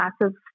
massive